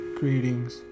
Greetings